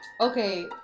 Okay